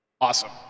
Awesome